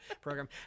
program